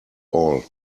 all